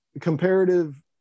comparative